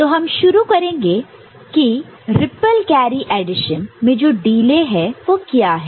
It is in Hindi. तो हम शुरू करेंगे कि रिप्पल कैरी एडिशन में जो डिले है वह क्या है